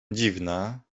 dziwne